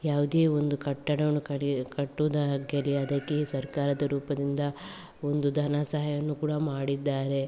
ಯಾವುದೇ ಒಂದು ಕಟ್ಟಡವನ್ನು ಕಡಿ ಕಟ್ಟೋದಾಗಿರ್ಲಿ ಅದಕ್ಕೆ ಸರ್ಕಾರದ ರೂಪದಿಂದ ಒಂದು ಧನ ಸಹಾಯವನ್ನು ಕೂಡ ಮಾಡಿದ್ದಾರೆ